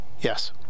Yes